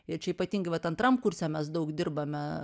ir čia ypatingai vat antram kurse mes daug dirbame